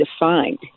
defined